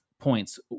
points